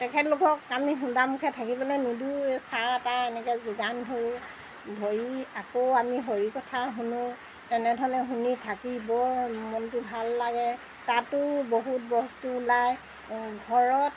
তেখেতলোকক আমি শুদামুখে থাকিবলে নিদোঁৱে চাহ তাহ এনেকৈ যোগান ধৰোঁ ধৰি আকৌ আমি হৰি কথা শুনো তেনেধৰণে শুনি থাকি বৰ মনটো ভাল লাগে তাতো বহুত বস্তু ওলায় ঘৰত